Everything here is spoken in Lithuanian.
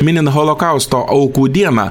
minint holokausto aukų dieną